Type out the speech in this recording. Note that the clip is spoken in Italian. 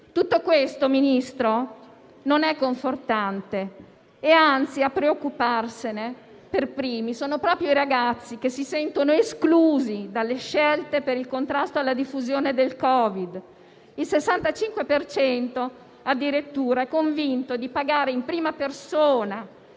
Tutto questo, signor Ministro, non è confortante. Anzi, a preoccuparsene per primi sono proprio i ragazzi, che si sentono esclusi dalle scelte per il contrasto alla diffusione del Covid-19. Il 65 per cento, addirittura, è convinto di pagare in prima persona